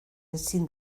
ezin